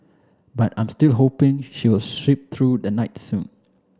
but I'm still hoping she will sheep through the night soon